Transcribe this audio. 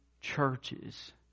churches